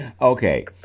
Okay